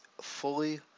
fully